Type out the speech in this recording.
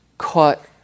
caught